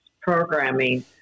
programming